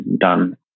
done